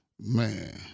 man